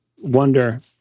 wonder